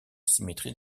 symétrie